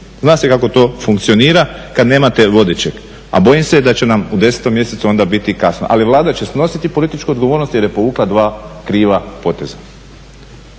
Zna se kako to funkcionira kada nemate vodećeg. A bojim se da će nam u 10 mjesecu onda biti kasno. Ali Vlada će snositi političku odgovornost jer je povukla dva kriva poteza.